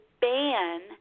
ban